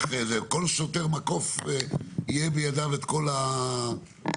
כל שוטר מקוף יהיה בידיו את כל המאגר?